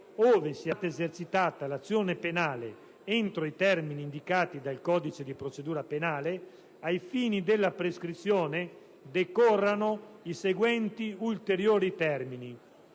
ove sia stata esercitata l'azione penale entro i termini indicati dal codice di procedura penale, ai fini della prescrizione decorrano i seguenti ulteriori termini.